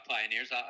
Pioneers